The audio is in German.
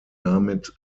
damit